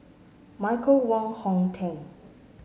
Michael Wong Hong Teng